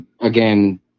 again